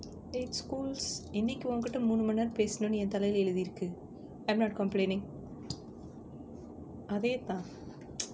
eh schools இன்னைக்கு உன்கிட்ட மூணு மணி நேரம் பேசணுனு என் தலையில எழுதிருக்கு:innaikku unkitta moonu mani neram paesanunu en thalaiyila eluthirukku I'm not complaining அதே தான்:athae thaan